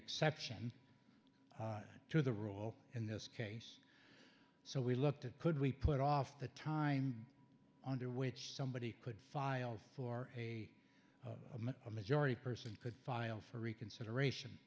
exception to the rule in this case so we looked at could we put off the time under which somebody could file for a majority person could file for reconsideration